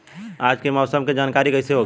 रोज के मौसम के जानकारी कइसे होखि?